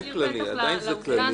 שצריך להשאיר פתח לעובדה הזאת.